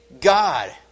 God